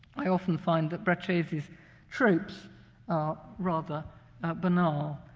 i often find that braccesi's tropes are rather banal.